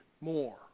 more